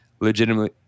legitimately